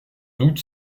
doute